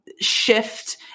shift